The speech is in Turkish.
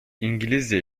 i̇ngilizce